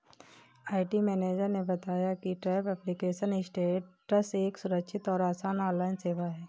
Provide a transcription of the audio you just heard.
IT manager ने मुझे बताया की ट्रैक एप्लीकेशन स्टेटस एक सुरक्षित और आसान ऑनलाइन सेवा है